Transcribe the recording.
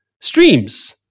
streams